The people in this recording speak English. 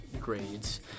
grades